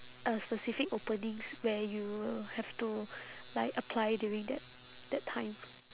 uh specific openings where you have to like apply during that that time